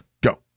Go